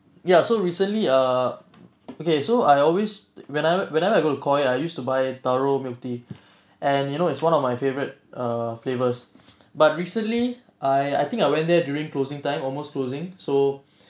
ya so recently uh okay so I always when I whenever I go to college I used to buy taro milk tea and you know is one of my favorite uh flavors but recently I I think I went there during closing time almost closing so